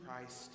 Christ